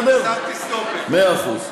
עד עכשיו, מאה אחוז.